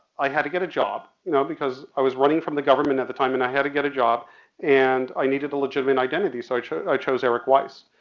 i had to get a job, you know, because i was running from the government at the time and i had to get a job and i needed a legitimate identity, so i chose i chose erik weisz.